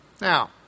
Now